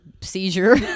seizure